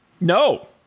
No